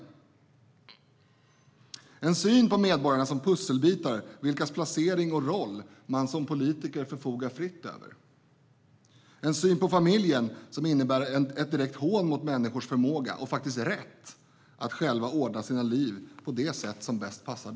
Det är en syn på medborgarna som pusselbitar, vars placering och roll politiker förfogar fritt över. Det är en syn på familjen som innebär ett direkt hån mot människors förmåga och rätt att själva ordna sina liv på det sätt som passar dem bäst.